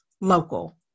local